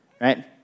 right